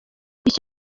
iki